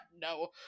no